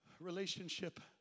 relationship